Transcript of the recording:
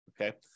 okay